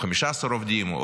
15 עובדים,